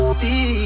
see